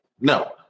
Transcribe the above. No